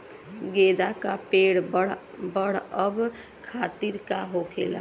गेंदा का पेड़ बढ़अब खातिर का होखेला?